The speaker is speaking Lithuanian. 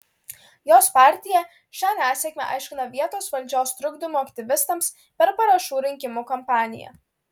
jos partija šią nesėkmę aiškina vietos valdžios trukdymu aktyvistams per parašų rinkimo kampaniją